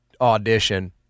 audition